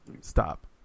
Stop